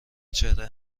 چهره